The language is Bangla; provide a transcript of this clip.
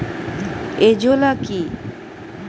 এজোলা কি?